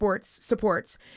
supports